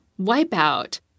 wipeout